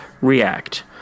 react